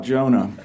Jonah